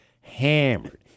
hammered